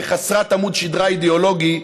וחסרת עמוד שדרה אידאולוגי,